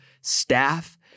staff